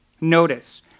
Notice